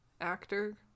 Actor